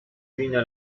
fine